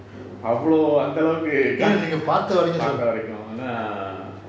அவளோ அந்த அளவுக்கு பாத்தவரைகும்னா:avalo antha alavuku pathavaraikumnaa